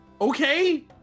Okay